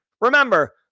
Remember